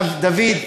דוד,